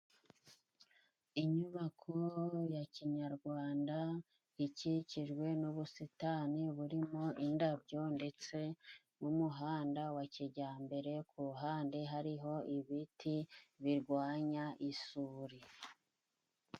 Inyubako ya kinyarwanda ikikijwe n'ubusitani burimo indabyo, ndetse n'umuhanda wa kijyambere ku ruhande hariho ibiti birwanya isuri.